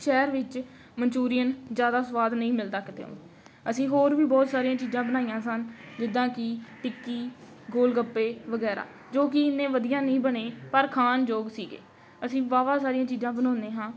ਸ਼ਹਿਰ ਵਿੱਚ ਮਨਚੂਰੀਅਨ ਜ਼ਿਆਦਾ ਸਵਾਦ ਨਹੀਂ ਮਿਲਦਾ ਕਿਤੋਂ ਅਸੀਂ ਹੋਰ ਵੀ ਬਹੁਤ ਸਾਰੀਆਂ ਚੀਜ਼ਾਂ ਬਣਾਈਆਂ ਸਨ ਜਿੱਦਾਂ ਕਿ ਟਿੱਕੀ ਗੋਲਗੱਪੇ ਵਗੈਰਾ ਜੋ ਕਿ ਇੰਨੇ ਵਧੀਆ ਨਹੀਂ ਬਣੇ ਪਰ ਖਾਣ ਯੋਗ ਸੀਗੇ ਅਸੀਂ ਵਾਹਵਾ ਸਾਰੀਆਂ ਚੀਜ਼ਾਂ ਬਣਉਂਦੇ ਹਾਂ